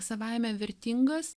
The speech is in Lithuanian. savaime vertingas